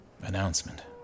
Announcement